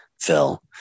Phil